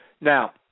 Now